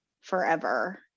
forever